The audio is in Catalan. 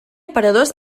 aparadors